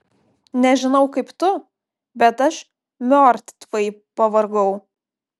nežinau kaip tu bet aš miortvai pavargau